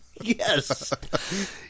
Yes